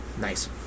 nice